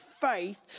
faith